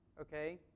Okay